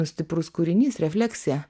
stiprus kūrinys refleksija